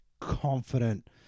confident